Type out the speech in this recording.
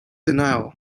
denial